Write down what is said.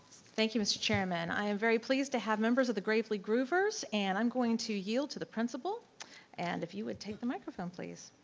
thank you, mr. chairman, i am very pleased to have members of the gravely groovers and i'm going to yield to the principal and if you would take the microphone, please.